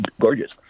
gorgeous